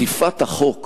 אכיפת החוק